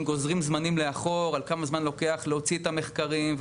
גוזרים זמנים לאחור על כמה זמן לוקח להוציא את המחקרים,